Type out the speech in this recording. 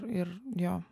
ir jo